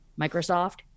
Microsoft